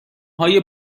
های